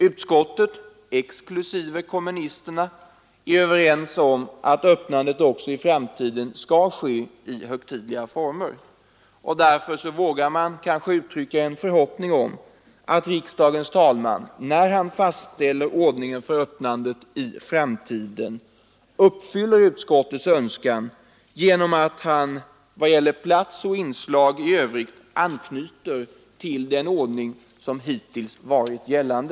Utskottets ledamöter, exklusive kommunisterna, är också överens om att öppnandet i framtiden skall ske i högtidliga former. Därför vågar man kanske uttrycka en förhoppning om att riksdagens talman, när han fastställer ordningen för öppnandet i framtiden, uppfyller utskottets önskan genom att han i fråga om plats och inslag i övrigt anknyter till vad som hittills varit gällande.